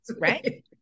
right